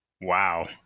wow